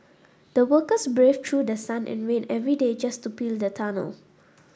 the workers braved through the sun and rain every day just to build the tunnel